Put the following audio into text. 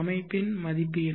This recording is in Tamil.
அமைப்பு மதிப்பு என்ன